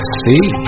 see